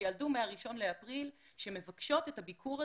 שילדו מה-1 באפריל ומבקשות את הביקור הזה.